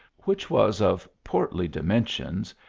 which was of portly dimen sions,